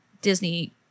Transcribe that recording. Disney